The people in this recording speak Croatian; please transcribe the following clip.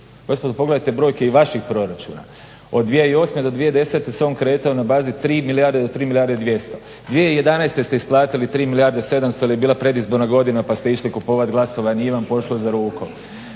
Gospodo, pogledajte brojke i vaših proračuna. Od 2008. do 2010. se on kretao na bazi 3 milijarde do 3 milijarde i 200. 2011. ste isplatili 3 milijarde i 700 jer je bila predizborna godina pa ste išli kupovati glasove, a nije vam pošlo za rukom.